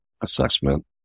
assessment